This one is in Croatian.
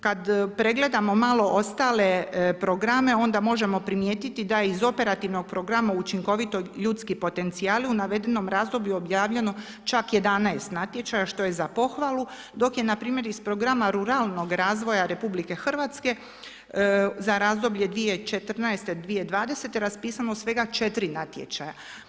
Kad pregledamo malo ostale programe, onda možemo primijetiti da je iz operativnog programa učinkovitog ljudski potencijali u navedenom razdoblju objavljeno čak 11 natječaja, što je za pohvalu, dok je npr. iz programa ruralnog razvoja RH, za razdoblje 2014.-2020. raspisano svega 4 natječaja.